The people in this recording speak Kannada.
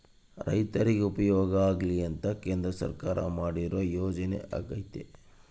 ರೈರ್ತಿಗೆ ಉಪಯೋಗ ಆಗ್ಲಿ ಅಂತ ಕೇಂದ್ರ ಸರ್ಕಾರ ಮಾಡಿರೊ ಯೋಜನೆ ಅಗ್ಯತೆ